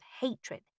hatred